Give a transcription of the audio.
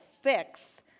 fix